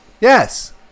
Yes